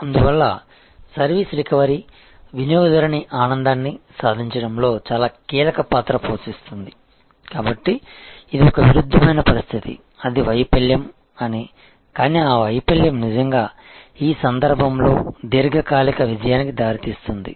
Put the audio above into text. అందువల్ల service recovery వినియోగదారుని ఆనందాన్ని సాధించడంలో చాలా కీలక పాత్ర పోషిస్తుంది కాబట్టి ఇది ఒక విరుద్ధమైన పరిస్థితి అది వైఫల్యం అని కానీ ఆ వైఫల్యం నిజంగా ఈ సందర్భంలో దీర్ఘకాలిక విజయానికి దారి తీస్తుంది